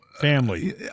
Family